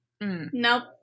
Nope